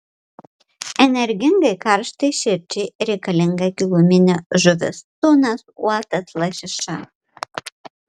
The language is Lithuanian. energingai karštai širdžiai reikalinga giluminė žuvis tunas uotas lašiša